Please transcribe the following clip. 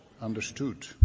understood